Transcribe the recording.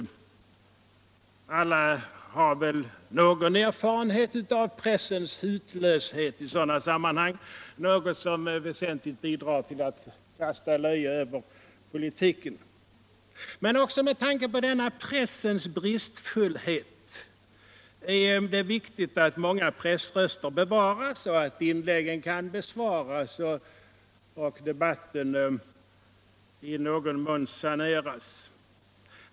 Alla har väl någon erfarenhet av pressens hutlöshet i sådana sammanhang; något som väsentligt bidrar till att kasta löje över politiken. Men också med tanke på denna pressens bristfullhet är det viktigt att många pressröster bevaras och att inläggen kan besvaras och debatten därmed saneras.